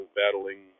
battling